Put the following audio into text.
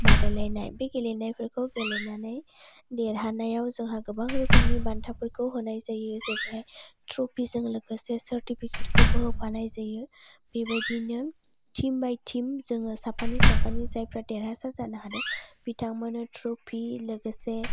बादायलायनाय बे गेलेनायफोरखौ गेलेनानै देरहानायाव जोंहा गोबां रोखोमनि बान्थाफोरखौ होनाय जायो जेरैहाय ट्रपिजों लोगोसे सार्टीफिकेटखौबो होफानाय जायो बेबायदिनो टिम बाय टिम जोङो साफानि साफानि जायफ्रा देरहासार जानो हादों बिथांमोननो ट्रफि लोगोसे